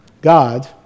God